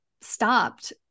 stopped